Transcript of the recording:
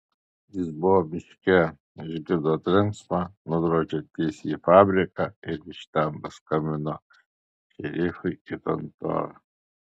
jis buvo miške išgirdo trenksmą nudrožė tiesiai į fabriką ir iš ten paskambino šerifui į kontorą